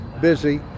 busy